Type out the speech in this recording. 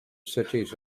cities